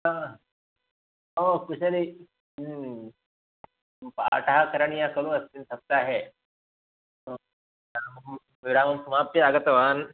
हा हो कुशलः पाठः करणीयः खलु अस्मिन् सप्ताहे विरामं समाप्य आगतवान्